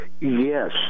yes